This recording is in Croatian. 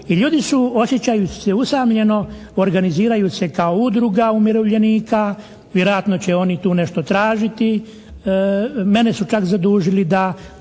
i ljudi su, osjećaju se usamljeno, organiziraju se kao udruga umirovljenika, vjerojatno će oni tu nešto tražiti. Mene su čak zadužili da